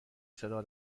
صدا